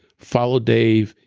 follow dave,